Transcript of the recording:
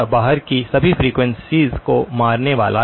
के बाहर की सभी फ्रीक्वेंसीयों को मारने वाला है